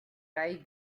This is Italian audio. rai